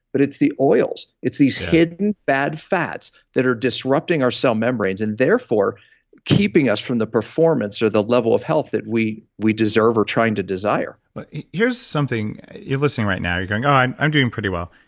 but it's the oils. it's these hidden bad fats that are disrupting our cell membranes and therefore keeping us from the performance or the level of health that we we deserve or trying to desire here's something, if you're listening right now and you're going, i'm i'm doing pretty well.